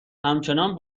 همچنان